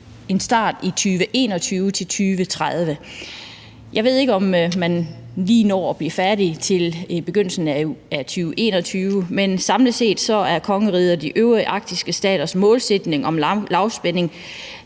en start i 2021 og til 2030. Jeg ved ikke, om man lige når at blive færdige til begyndelsen af 2021, men samlet set er kongeriget og de øvrige arktiske staters målsætning om lavspænding